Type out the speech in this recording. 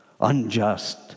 unjust